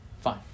Fine